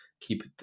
keep